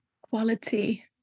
quality